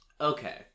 Okay